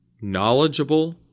knowledgeable